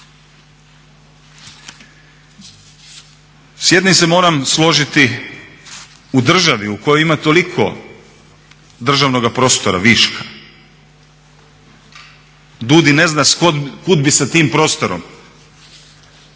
S jednim se moram složiti, u državi u kojoj ima toliko državnoga prostora viška DUDI ne zna kud bi s tim prostorom